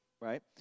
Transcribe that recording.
right